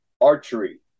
archery